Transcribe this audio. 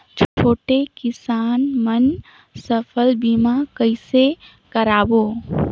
छोटे किसान मन फसल बीमा कइसे कराबो?